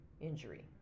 injury